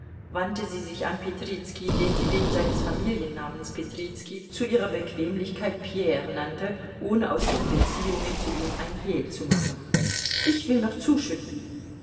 wandte sie sich an petrizki den sie wegen seines familiennamens petrizki zu ihrer bequemlichkeit pierre nannte ohne aus ihren beziehungen zu ihm ein hehl zu machen ich will noch zuschütten